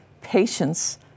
patience